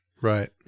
right